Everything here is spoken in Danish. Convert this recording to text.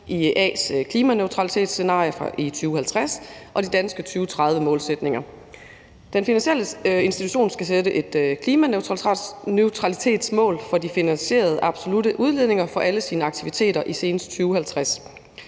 IEA's klimaneutralitetsscenarie i 2050 og de danske 2030-målsætninger. Den finansielle institution skal fastsætte et klimaneutralitetsmål for de finansierede absolutte udledninger fra alle sine aktiviteter senest i 2050.